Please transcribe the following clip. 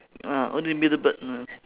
ah only the middle bird ah